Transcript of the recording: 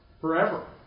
forever